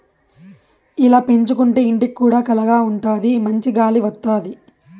ఇలా పెంచుకోంటే ఇంటికి కూడా కళగా ఉంటాది మంచి గాలి వత్తది